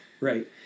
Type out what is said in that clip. Right